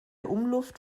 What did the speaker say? umluft